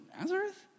Nazareth